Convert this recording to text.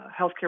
healthcare